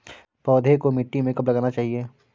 पौधें को मिट्टी में कब लगाना चाहिए?